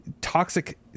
toxic